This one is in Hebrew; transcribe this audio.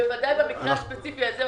בוודאי במקרה הספציפי הזה לא.